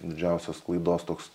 didžiausios sklaidos toks